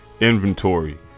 inventory